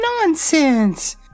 Nonsense